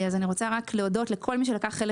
אני רוצה רק להודות לכל מי שלקח חלק